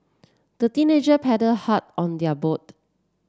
the teenager paddled hard on their boat